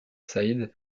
saïd